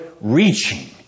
reaching